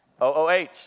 O-O-H